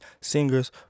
singers